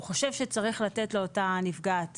הוא חושב שצריך לתת לאותה נפגעת